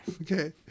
Okay